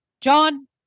John